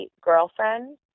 girlfriend